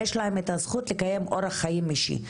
יש להם את הזכות לקיים אורח חיים אישי.